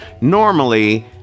Normally